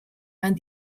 and